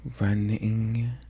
running